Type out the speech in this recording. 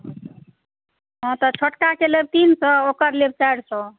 हँ तऽ छोटकाके लेब तीन सए ओकर लेब चारि सए